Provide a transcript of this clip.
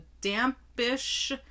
dampish